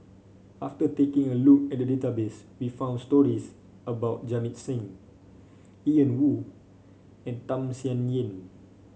after taking a look at the database we found stories about Jamit Singh Ian Woo and Tham Sien Yen